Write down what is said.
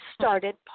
started